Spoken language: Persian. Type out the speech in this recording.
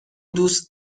دوست